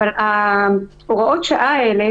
אבל הוראות השעה האלה,